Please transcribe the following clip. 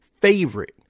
favorite